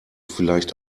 vielleicht